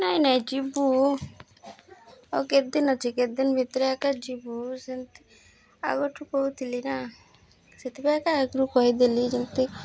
ନାଇଁ ନାଇଁ ଯିବୁ ଆଉ କେତେଦିନ ଅଛି କେତେ ଦିନ ଭିତରେ ଏକା ଯିବୁ ସେମିତି ଆଗରୁ କହୁଥିଲି ନା ସେଥିପାଇଁ ଏକା ଆଗରୁ କହିଦେଲି ଯେମିତି